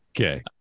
Okay